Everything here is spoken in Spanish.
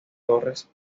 torres